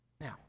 Now